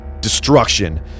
Destruction